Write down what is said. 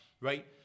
right